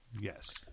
Yes